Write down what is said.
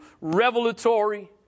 revelatory